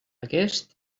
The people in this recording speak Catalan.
aquest